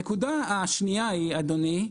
הנקודה השנייה, אדוני,